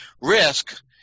risk